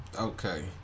okay